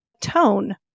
tone